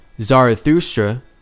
Zarathustra